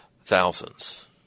Thousands